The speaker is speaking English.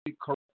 correct